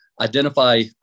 identify